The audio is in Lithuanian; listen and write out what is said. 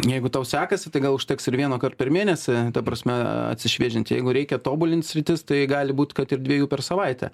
jeigu tau sekasi tai gal užteks ir vieno kart per mėnesį ta prasme atsišviežint jeigu reikia tobulint sritis tai gali būt kad ir dviejų per savaitę